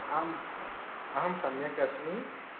आम् अहं सम्यक् अस्मि